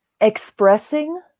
expressing